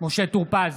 משה טור פז,